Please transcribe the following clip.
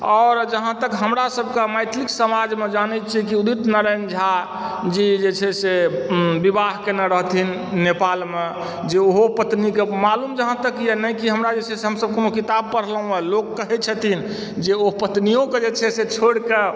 और जहाँ तक हमरा सभके मैथिलीक समाजमे जानै छियै कि उदित नारायण झाजी जे छै से विवाह कएने रहथिन नेपालमजे ओहो पत्नीके मालुम जहाँ तक यऽ कि हमसब जे छै से कोनो किताब पढ़लहुॅं हँ लोक कहै छथिन जे ओ पत्नियोके जे छै से छोड़ि कऽ